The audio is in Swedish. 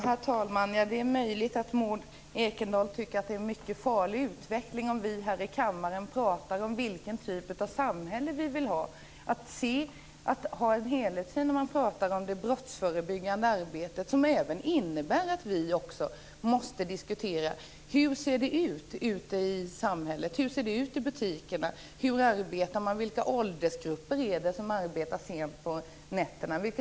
Herr talman! Det är möjligt att Maud Ekendahl tycker att det är en mycket farlig utveckling om vi här i kammaren talar om vilken typ av samhälle vi vill ha. Att ha en helhetssyn när man talar om det brottsförebyggande arbetet kräver att vi också måste diskutera hur det ser ut ute i samhället, i butikerna, och hur man arbetar. Vilka åldersgrupper arbetar sent på nätterna?